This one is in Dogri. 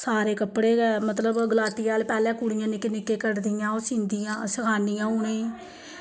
सारे कपड़े गै मतलब गलाटी आह्ले पैहलै कुड़ियां निक्के निक्के कटदियां ओह् सींदियां सखानी अ'ऊं उ'नें गी